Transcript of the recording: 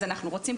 אז אנחנו רוצים,